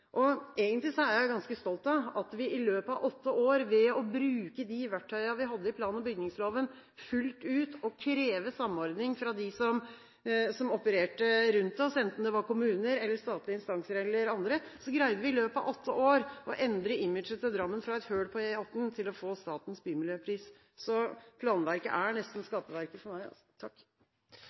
prosessene. Egentlig er jeg ganske stolt av at vi i løpet av åtte år, ved å bruke de verktøyene vi hadde i plan- og bygningsloven, fullt ut, og kreve samordning fra dem som opererte rundt oss – enten det var kommuner, statlige instanser eller andre – greide å endre imaget til Drammen fra å være et «høl» på E18 til å få Statens Bymiljøpris. Så planverket er nesten skaperverket for meg.